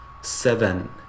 seven